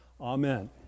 Amen